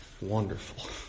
Wonderful